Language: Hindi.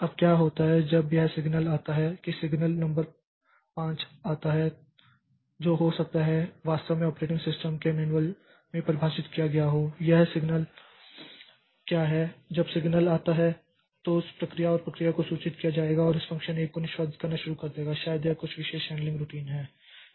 अब क्या होता है जब यह सिग्नल आता है सिग्नल नंबर 5 आता है जो हो सकता है जो वास्तव में ऑपरेटिंग सिस्टम के मैनुअल में परिभाषित किया गया हो यह विशेष सिग्नल क्या है जब सिग्नल आता है तो उस प्रक्रिया और प्रक्रिया को सूचित किया जाएगा और इस फ़ंक्शन 1 को निष्पादित करना शुरू कर देगा शायद यह कुछ विशेष हैंडलिंग रूटीन है